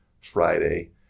Friday